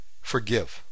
Forgive